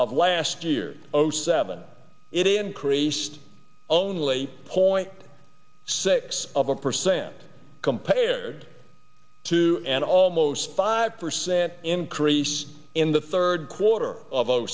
of last year oh seven it increased only point six of a percent compared to an almost five percent increase in the third quarter of